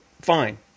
Fine